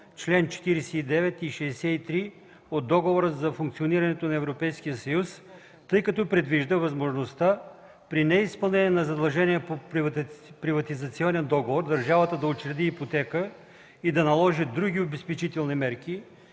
чл. 49 и 63 от Договора за функционирането на Европейския съюз, тъй като предвижда възможността при неизпълнение на задълженията по приватизационен договор държавата да учреди ипотека и да наложи други обезпечителни мерки